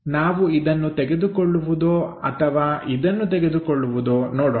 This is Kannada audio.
ನಾವು ಇದನ್ನು ತೆಗೆದುಕೊಳ್ಳುವುದೋ ಅಥವಾ ಇದನ್ನು ತೆಗೆದುಕೊಳ್ಳುವುದೋ ನೋಡೋಣ